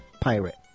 pirate